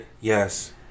Yes